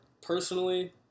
Personally